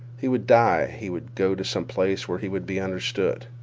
he would die he would go to some place where he would be understood.